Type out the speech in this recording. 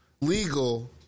legal